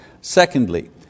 Secondly